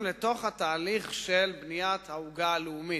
לתוך התהליך של בניית העוגה הלאומית,